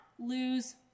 lose